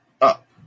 up